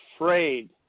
afraid